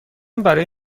برای